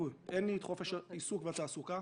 אין לי חופש העיסוק והתעסוקה.